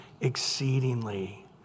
exceedingly